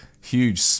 huge